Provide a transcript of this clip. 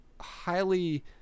highly